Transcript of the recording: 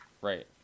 right